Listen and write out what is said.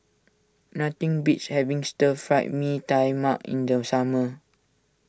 nothing beats having Stir Fried Mee Tai Mak in the summer